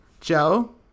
Joe